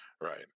right